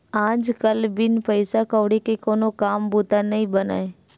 आज कल बिन पइसा कउड़ी के कोनो काम बूता नइ बनय